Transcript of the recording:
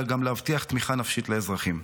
אלא גם להבטיח תמיכה נפשית לאזרחים.